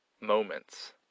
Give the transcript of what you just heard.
moments